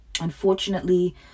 Unfortunately